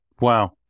Wow